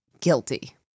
guilty